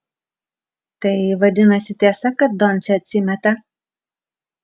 tai vadinasi tiesa kad doncė atsimeta